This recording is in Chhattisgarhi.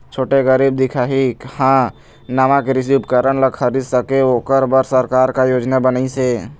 छोटे गरीब दिखाही हा नावा कृषि उपकरण ला खरीद सके ओकर बर सरकार का योजना बनाइसे?